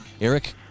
Eric